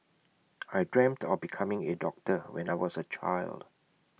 I dreamt of becoming A doctor when I was A child